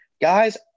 guys